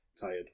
tired